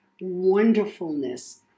wonderfulness